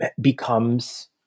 becomes